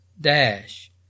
dash